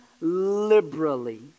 liberally